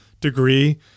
degree